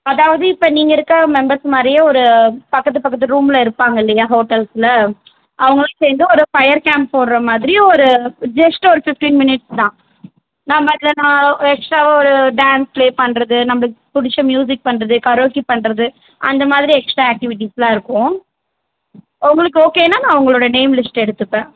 அதாவது இப்போ நீங்கள் இருக்கற மெம்பர்ஸ் மாதிரியே ஒரு பக்கத்து பக்கத்து ரூமில் இருப்பாங்க இல்லையா ஹோட்டல்ஸில் அவங்களும் சேர்ந்து ஒரு ஃபயர் கேம்ப் போடுற மாதிரி ஒரு ஜஸ்ட் ஒரு ஃபிஃப்டீன் மினிட்ஸ்தான் நாம் அதில் நான் ஒரு எக்ஸ்ட்ராவாக ஒரு டான்ஸ் ப்லே பண்ணுறது நம்பளுக்கு பிடிச்ச மியூசிக் பண்ணுறது கரோக்கி பண்ணுறது அந்த மாதிரி எக்ஸ்ட்ரா ஆக்டிவிட்டிஸெலாம் இருக்கும் உங்களுக்கு ஓகேன்னால் நான் உங்களுடைய நேம் லிஸ்ட் எடுத்துப்பேன்